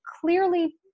clearly